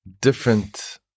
different